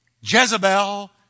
Jezebel